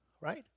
right